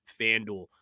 FanDuel